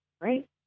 right